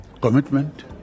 Commitment